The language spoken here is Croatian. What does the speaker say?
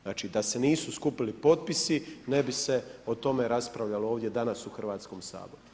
Znači da se nisu skupili potpisi, ne bi se o tome raspravljalo ovdje danas u Hrvatskom saboru.